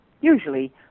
usually